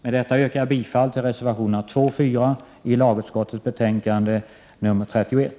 Med detta yrkar jag bifall till reservationerna 2 och 4 i lagutskottets betänkande 31.